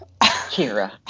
Kira